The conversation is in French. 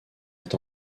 est